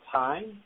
time